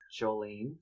Jolene